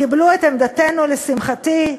קיבלו את עמדתנו, לשמחתי,